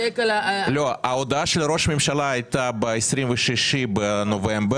הודעת ראש הממשלה הייתה ב-26 בנובמבר.